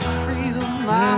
freedom